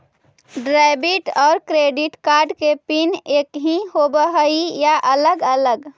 Debit और credit card के pin एकही होव हइ या अलग अलग?